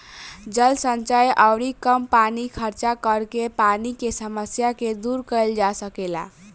जल संचय अउरी कम पानी खर्चा करके पानी के समस्या के दूर कईल जा सकेला